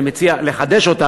אני מציע לחדש אותה,